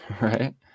right